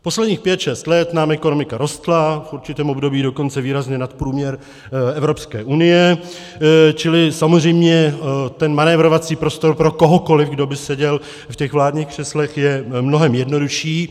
Posledních pět šest let nám ekonomika rostla, v určitém období dokonce výrazně nad průměr Evropské unie, čili samozřejmě ten manévrovací prostor pro kohokoliv, kdo by seděl ve vládních křeslech, je mnohem jednodušší.